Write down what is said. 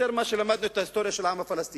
יותר ממה שלמדנו את ההיסטוריה של העם הפלסטיני,